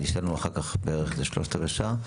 יש לנו אחר כך בערך איזה שלושת רבעי שעה.